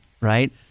right